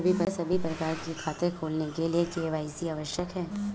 क्या सभी प्रकार के खाते खोलने के लिए के.वाई.सी आवश्यक है?